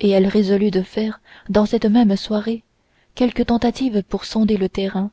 et elle résolut de faire dès cette même soirée quelque tentative pour sonder le terrain